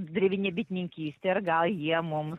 drevinė bitininkystė ir gal jie mum